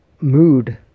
mood